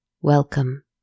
Welcome